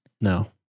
No